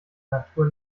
natur